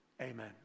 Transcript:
Amen